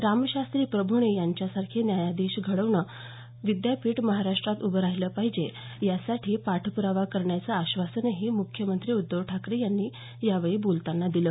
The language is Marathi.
रामशास्त्री प्रभूणे यांच्यासारखे न्यायाधीश घडविणारं विद्यापीठ महाराष्ट्रात उभं राहिलं पाहिजे यासाठी पाठप्रावा करण्याचं आश्वासनही मुख्यमंत्री उद्धव ठाकरे यांनी यावेळी बोलतांना दिलं